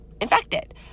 infected